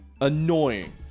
Annoying